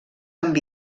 amb